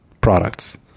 products